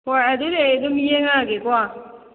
ꯍꯣꯏ ꯑꯗꯨꯗꯤ ꯑꯩ ꯑꯗꯨꯝ ꯌꯦꯡꯉꯛꯑꯒꯦꯀꯣ